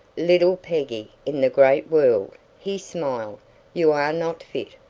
little peggy in the great world, he smiled you are not fit.